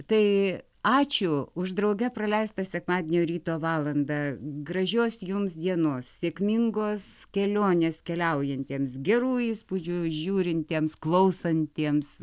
tai ačiū už drauge praleistą sekmadienio ryto valandą gražios jums dienos sėkmingos kelionės keliaujantiems gerų įspūdžių žiūrintiems klausantiems